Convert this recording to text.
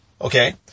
Okay